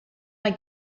mae